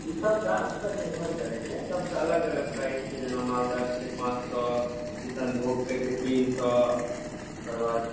ई सभ गाछ पर निर्भर करै छै सभके अलग अलग प्राइस छै जेना मालदहके छै पाँच सए किशनभोगके छै तीन सए ओकर बाद